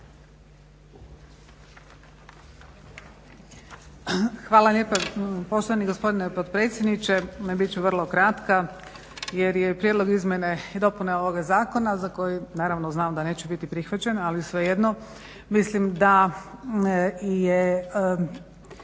Hvala lijepa poštovani gospodine potpredsjedniče. Bit ću vrlo kratka jer je prijedlog izmjene i dopune ovoga zakona za koji naravno znam da neće biti prihvaćen, ali svejedno. Mislim da je